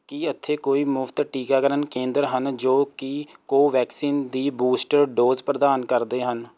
ਕੀ ਇੱਥੇ ਕੋਈ ਮੁਫ਼ਤ ਟੀਕਾਕਰਨ ਕੇਂਦਰ ਹਨ ਜੋ ਕਿ ਕੋਵੈਕਸਿਨ ਦੀ ਬੂਸਟਰ ਡੋਜ਼ ਪ੍ਰਦਾਨ ਕਰਦੇ ਹਨ